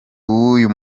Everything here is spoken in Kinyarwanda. w’uyu